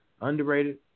underrated